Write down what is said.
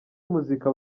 muzika